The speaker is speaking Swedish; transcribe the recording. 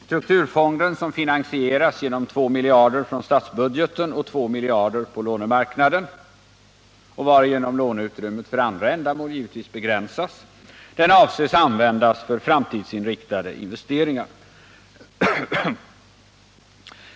Strukturfonden, som finansieras genom 2 miljarder från statsbudgeten och 2 miljarder på lånemarknaden — och varigenom låneutrymmet för andra ändamål givetvis begränsas — avses användas för framtidsinriktade investeringar.